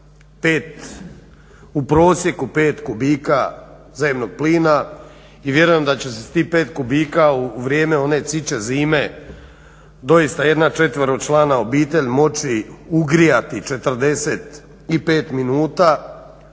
u prosjeku 5 kubika zemnog plina i vjerujem da će se s tih 5 kubika u vrijeme one ciče zime doista jedna četveročlana obitelj moći ugrijati 45 minuta